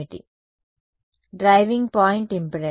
విద్యార్థి driving point impedance